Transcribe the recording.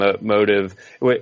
motive